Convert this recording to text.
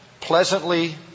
pleasantly